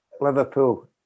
Liverpool